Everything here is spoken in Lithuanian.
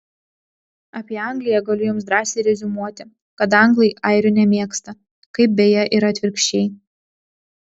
apie angliją galiu jums drąsiai reziumuoti kad anglai airių nemėgsta kaip beje ir atvirkščiai